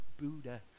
Buddha